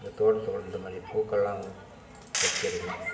எங்கள் தோட்டத்துக்குள்ளே இந்தமாதிரி பூக்களெல்லாம் வச்சுருக்குறோம்